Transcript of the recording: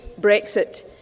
Brexit